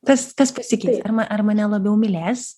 tas kas pasikeitė ar mane labiau mylės